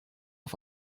auf